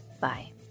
Bye